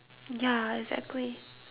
ya exactly